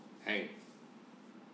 !hey!